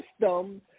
system